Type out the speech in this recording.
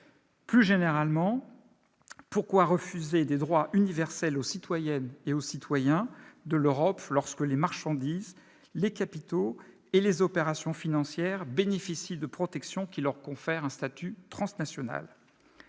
Plus généralement, pourquoi refuser des droits universels aux citoyennes et aux citoyens de l'Europe lorsque les marchandises, les capitaux et les opérations financières bénéficient de protections qui leur confèrent un statut transnational ?